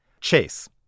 Chase